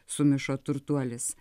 sumišo turtuolis